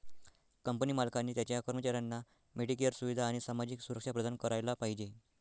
company मालकाने त्याच्या कर्मचाऱ्यांना मेडिकेअर सुविधा आणि सामाजिक सुरक्षा प्रदान करायला पाहिजे